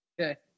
Okay